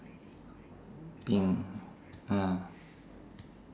pink ah